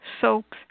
soaps